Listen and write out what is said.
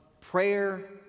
prayer